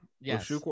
Yes